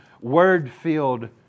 Word-filled